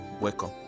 Welcome